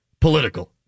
political